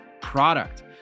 product